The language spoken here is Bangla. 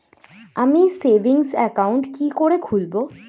আমি সেভিংস অ্যাকাউন্ট কি করে খুলব?